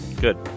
Good